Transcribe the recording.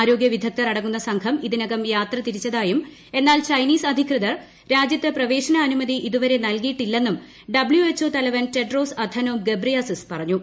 ആരോഗ്യ വിദഗ്ദ്ധർ അടങ്ങുന്ന സംഘം ഇതിനകം യാത്ര തിരിച്ചതായും എന്നാൽ ചൈനീസ് അധികൃതർ രാജ്യത്ത് പ്രവേശന അനുമതി ഇതുവരെ നൽകിയിട്ടില്ലെന്നും ഡബ്ല്യൂ എച്ച് ഒ തലവൻ ടെഡ്രോസ് അഥനോം ഗബ്രിയാസിസ് പറഞ്ഞു